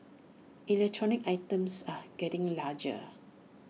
electronic items are getting larger